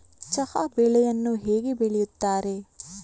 ಚಹಾ ಬೆಳೆಯನ್ನು ಹೇಗೆ ಬೆಳೆಯುತ್ತಾರೆ?